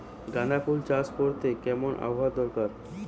গাঁদাফুল চাষ করতে কেমন আবহাওয়া দরকার?